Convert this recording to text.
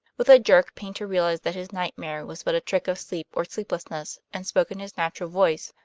with a jerk paynter realized that his nightmare was but a trick of sleep or sleeplessness, and spoke in his natural voice,